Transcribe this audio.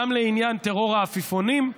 גם לעניין טרור העפיפונים,